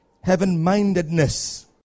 Heaven-mindedness